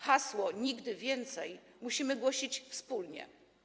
Hasło „nigdy więcej” musimy głosić wspólnie.